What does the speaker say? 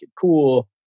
cool